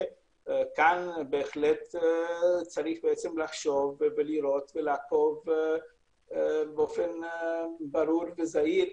וכאן בהחלט צריך לחשוב ולראות ולעקוב באופן ברור וזהיר.